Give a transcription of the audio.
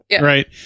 Right